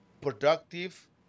productive